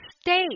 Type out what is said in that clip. state